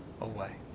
away